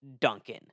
Duncan